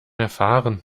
erfahren